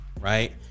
right